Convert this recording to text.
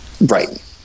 Right